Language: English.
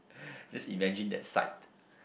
just imagine that sight